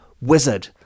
wizard